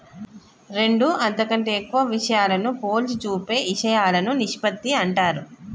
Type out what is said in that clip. రెండు అంతకంటే ఎక్కువ విషయాలను పోల్చి చూపే ఇషయాలను నిష్పత్తి అంటారు